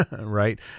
right